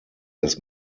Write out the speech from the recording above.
des